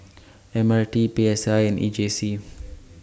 M R T P S I and E J C